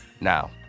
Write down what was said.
Now